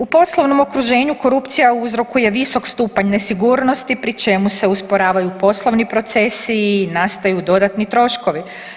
U poslovnom okruženju korupcija uzrokuje visok stupanj nesigurnosti pri čemu se usporavaju poslovni procesi i nastaju dodatni troškovi.